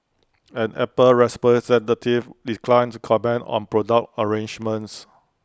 an Apple declined to comment on product arrangements